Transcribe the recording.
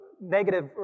negative